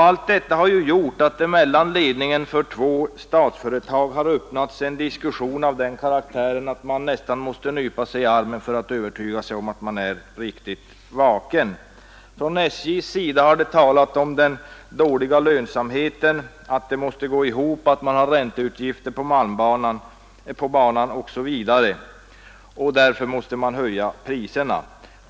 Allt detta har gjort att det mellan ledningarna för två statsföretag har öppnats en diskussion av sådan karaktär att man nästan måste nypa sig i armen för att övertyga sig om att man är riktigt vaken. Från SJ:s sida har det talats om den dåliga lönsamheten, om att det hela måste gå ihop, om att man har ränteutgifter på malmbanan osv., och därför måste man höja priserna.